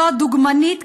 זו דוגמנית,